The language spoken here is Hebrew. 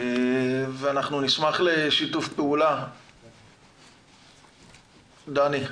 שם ואנחנו נשמח לשיתוף פעולה מלא ורציף, דני.